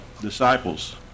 disciples